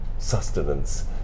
sustenance